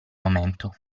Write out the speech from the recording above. momento